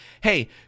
hey